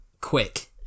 quick